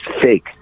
fake